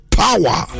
power